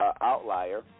outlier –